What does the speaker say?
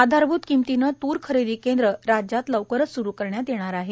आधारभूत किंमतीने तूर खरेदी केंद्र राज्यात लवकरच सुरु करण्यात येणार आहे